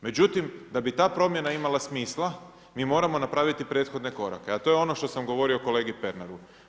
Međutim da bi ta promjena imala smisla mi moramo napraviti prethodne korake a to je on što sam govorio kolegi Pernaru.